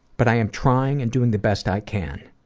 but i am trying and doing the best i can.